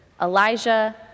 Elijah